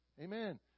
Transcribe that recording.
Amen